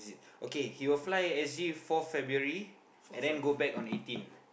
okay he will fly exit fourth February and then go back on eighteen